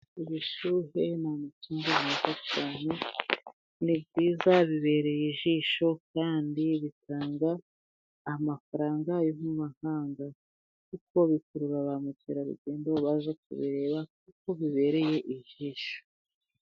Ibishuhe ni amatungo meza cyane . Ni byiza bibereye ijisho kandi bitanga amafaranga yo mu mahanga, kuko bikurura ba mukerarugendo baza kubireba kuko bibereye ijisho.